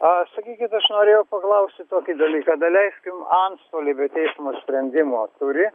o sakykit aš norėjau paklausti tokį dalyką daleiskim antstoliai be teismo sprendimo turi